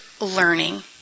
learning